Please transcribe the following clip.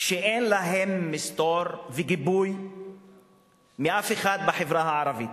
שאין להם מסתור וגיבוי מאף אחד בחברה הערבית.